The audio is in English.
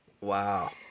Wow